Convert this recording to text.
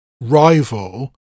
rival